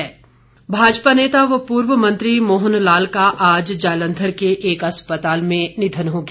निधन भाजपा नेता व पूर्व मंत्री मोहन लाल का आज जालंधर के एक अस्पताल में निधन हो गया